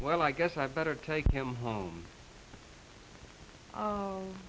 well i guess i'd better take him home